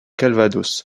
calvados